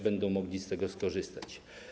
Będą mogli z tego skorzystać.